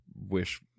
wish